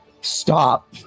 stop